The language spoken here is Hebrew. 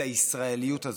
את הישראליות הזאת,